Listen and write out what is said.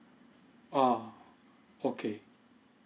ah okay